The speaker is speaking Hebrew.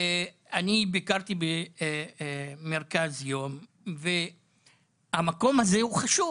אני ביקרתי במרכז יום והמקום הזה הוא חשוב,